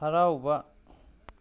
ꯍꯔꯥꯎꯕ